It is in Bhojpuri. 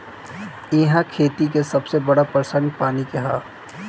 इहा खेती के सबसे बड़ परेशानी पानी के हअ